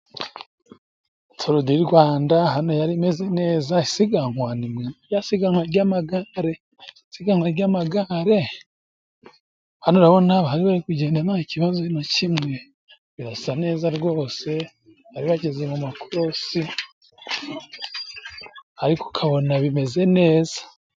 Turudirwanda hano yari imeze neza, isiganwa? Ni rya siganwa ry'amagare. Isiganwa ry'amagare, hano urabona baribari kugenda nta kibazo na kimwe. Birasa neza rwose, bari bageze mu makosi, ariko ukabona bimeze neza.